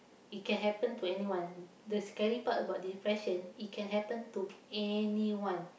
it can happen to anyone the scary part about depression it can happen to anyone